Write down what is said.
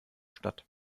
stadt